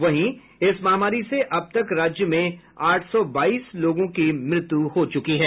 वहीं इस महामारी से अब तक राज्य में आठ सौ बाईस लोगों की मृत्यु हो चुकी है